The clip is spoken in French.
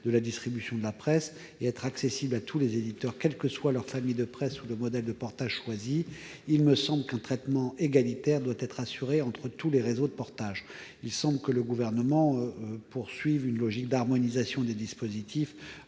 de la distribution de la presse et être accessible à tous les éditeurs, quels que soient leur famille de presse ou le modèle de portage choisi, il me semble qu'un traitement égalitaire doit être assuré entre tous les réseaux de portage. Le Gouvernement poursuivant une logique d'harmonisation des dispositifs